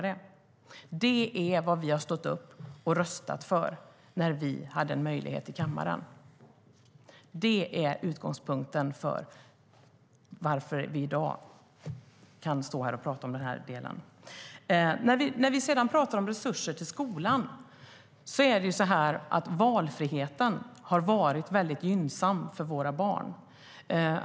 Det är också vad vi röstat för i kammaren när vi haft möjlighet, och det är utgångspunkten för det vi i dag står här och pratar om. När det sedan gäller resurser till skolan, Daniel Riazat, kan jag säga att valfriheten har varit väldigt gynnsam för våra barn.